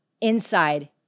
inside